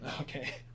Okay